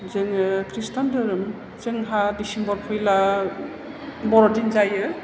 जोङो खृस्टान धोरोम जोंहा दिसेम्बर फैब्ला बर'दिन जायो